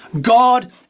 God